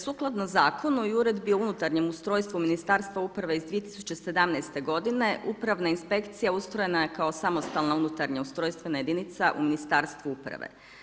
Sukladno zakonu i Uredbi o unutarnjem ustrojstvu Ministarstva uprave iz 2017. godine Upravna inspekcija ustrojena je kao samostalna unutarnja ustrojstvena jedinica u Ministarstvu uprave.